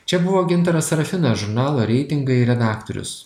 čia buvo gintaras serafinas žurnalo reitingai redaktorius